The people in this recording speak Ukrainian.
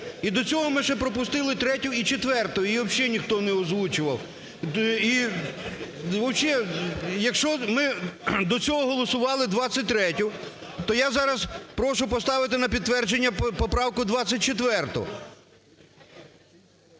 І до цього ми ще пропустили 3-ю і 4-у. Її вообще ніхто не озвучував. І вообще, якщо ми до цього голосували 23-ю, то я зараз прошу поставити на підтвердження поправку 24.